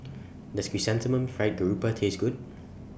Does Chrysanthemum Fried Garoupa Taste Good